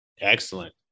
Excellent